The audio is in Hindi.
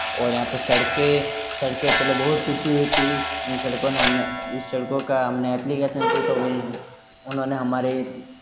और यहाँ पर सड़कें सड़कें पहले बहुत टूटी हुई थी उन सड़कों ने हम ने इस सड़कों का हम ने एप्लीकेसन हो गई उन्हों ने हमारे